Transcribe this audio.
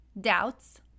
doubts